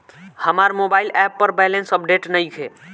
हमार mobile app पर balance update नइखे